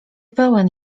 pełen